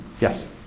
yes